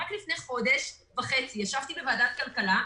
רק לפני חודש וחצי ישבתי בוועדת הכלכלה,